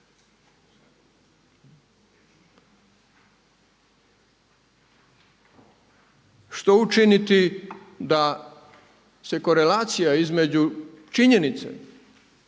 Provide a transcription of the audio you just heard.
Što učiniti da se korelacija između činjenice